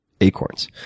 acorns